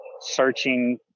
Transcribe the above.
searching